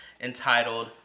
entitled